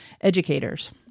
educators